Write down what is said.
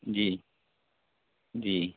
جی جی